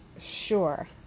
sure